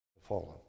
fallen